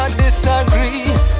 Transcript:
disagree